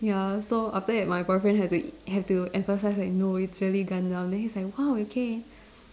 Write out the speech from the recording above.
ya so after that my boyfriend has to have to emphasise like no it's really Gundam then he's like !wow! okay